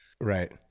Right